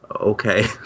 okay